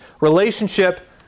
relationship